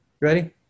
Ready